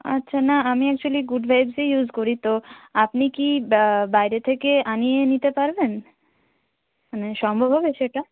আচ্ছা না আমি অ্যাকচুয়ালি গুড ভাইবসই ইউজ করি তো আপনি কি বা বাইরে থেকে আনিয়ে নিতে পারবেন মানে সম্ভব হবে সেটা